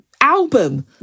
album